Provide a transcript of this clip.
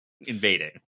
invading